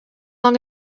long